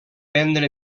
vendre